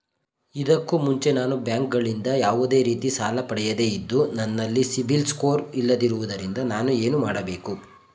ಇದಕ್ಕೂ ಮುಂಚೆ ನಾನು ಬ್ಯಾಂಕ್ ಗಳಿಂದ ಯಾವುದೇ ರೀತಿ ಸಾಲ ಪಡೆಯದೇ ಇದ್ದು, ನನಲ್ಲಿ ಸಿಬಿಲ್ ಸ್ಕೋರ್ ಇಲ್ಲದಿರುವುದರಿಂದ ನಾನು ಏನು ಮಾಡಬೇಕು?